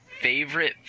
favorite